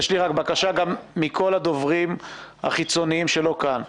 יש לי בקשה גם מכל הדוברים החיצוניים שלא נמצאים כאן,